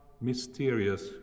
mysterious